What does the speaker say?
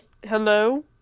Hello